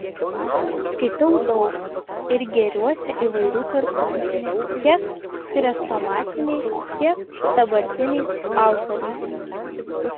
skaitau daug ir gėriuosi įvairių kartų tiek chrestomatiniais tiek dabartiniais autoriais